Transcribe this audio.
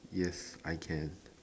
yes I can